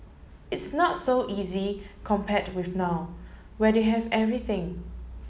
it's not so easy compared with now where they have everything